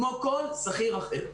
כמו כל שכיר אחר.